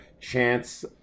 Chance